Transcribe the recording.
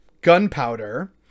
gunpowder